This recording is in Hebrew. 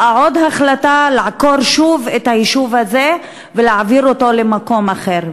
באה עוד החלטה לעקור שוב את היישוב הזה ולהעביר אותו למקום אחר,